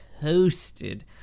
toasted